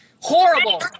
Horrible